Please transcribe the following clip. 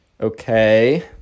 okay